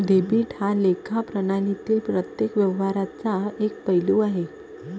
debit हा लेखा प्रणालीतील प्रत्येक व्यवहाराचा एक पैलू आहे